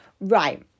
right